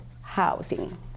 housing